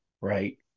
Right